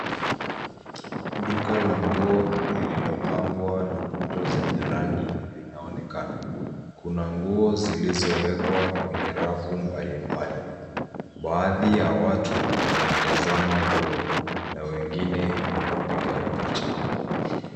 Duka la nguo lililopambwa na kuta zenye rangi zinaonekana, Kuna nguo zilizowekwa kwenye rafu mbalimbali baadhi ya watu wanatazama nguo na wengine wamepiga picha.